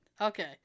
okay